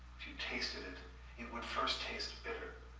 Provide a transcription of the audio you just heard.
if you tasted it, it would first taste bitter,